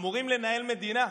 אמורים לנהל מדינה.